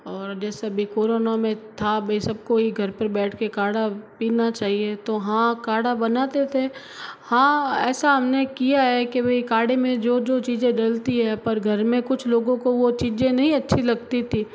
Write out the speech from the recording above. और जैसे अभी कोरोना में था भाई सबको ही घर पर बैठ के काढ़ा पीना चाहिए तो हाँ काढ़ा बनाते थे हाँ ऐसा हमने किया है कि भाई काढ़े में जो जो चीज़ें डलती हैं पर घर में कुछ लोगों को वह चीज़ें नहीं अच्छी लगती थी